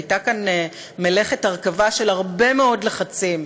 הייתה כאן מלאכת הרכבה של הרבה מאוד לחצים,